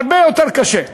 הרבה יותר קשה.